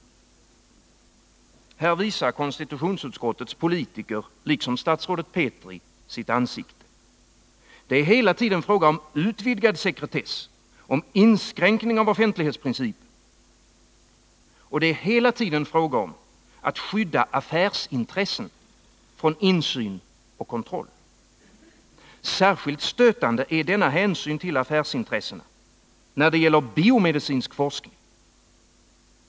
Här visar konstitutionsutskottets politiker, liksom statsrådet Petri, sitt ansikte. Det är hela tiden fråga om utvidgad sekretess — om inskränkning av offentlighetsprincipen — och det är hela tiden fråga om att skydda affärsintressen från insyn och kontroll. Särskilt stötande är denna hänsyn till affärsintressena när det gäller biomedicinsk forskning.